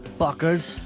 fuckers